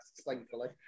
thankfully